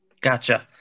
Gotcha